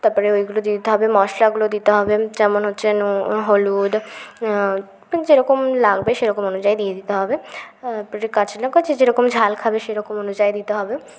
তারপরে ওইগুলো দিয়ে দিতে হবে মশলাগুলো দিতে হবে যেমন হচ্ছে নুন হলুদ যেরকম লাগবে সেরকম অনুযায়ী দিয়ে দিতে হবে তারপরে কাঁচা লঙ্কা যে যেরকম ঝাল খাবে সেরকম অনুযায়ী দিতে হবে